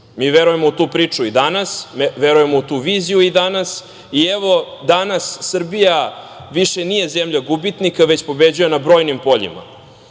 Mi verujemo u tu priču i danas, verujemo u tu viziju i danas, i evo danas Srbija više nije zemlja gubitnika, već pobeđuje na brojnim poljima. Srbija